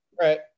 right